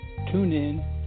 TuneIn